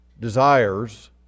desires